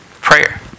prayer